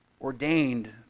ordained